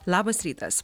labas rytas